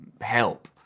help